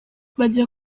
bajya